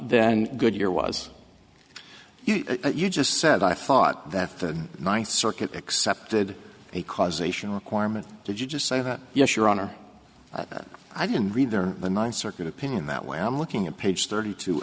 then goodyear was you just said i thought that the ninth circuit accepted a causation requirement did you just say that yes your honor i didn't read their the ninth circuit opinion that way i'm looking at page thirty two